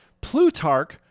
Plutarch